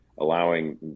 allowing